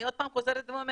אני עוד פעם חוזרת ואומרת,